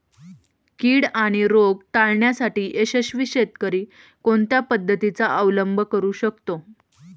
कीड आणि रोग टाळण्यासाठी यशस्वी शेतकरी कोणत्या पद्धतींचा अवलंब करू शकतो?